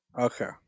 Okay